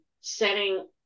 setting